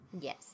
Yes